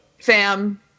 fam